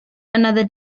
another